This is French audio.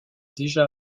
déjà